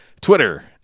Twitter